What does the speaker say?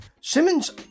Simmons